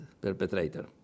perpetrator